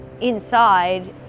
Inside